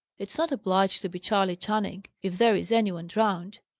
it's not obliged to be charley channing, if there is any one drowned.